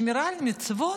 השמירה על מצוות,